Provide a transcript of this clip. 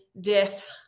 death